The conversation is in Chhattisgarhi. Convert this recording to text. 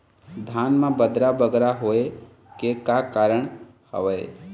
धान म बदरा बगरा होय के का कारण का हवए?